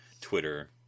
Twitter